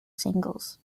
singles